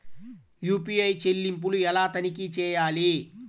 UPI చెల్లింపులు ఎలా తనిఖీ చేయాలి?